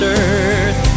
earth